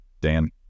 Dan